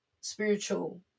spiritual